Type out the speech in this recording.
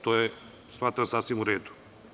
To je smatram, sasvim u redu.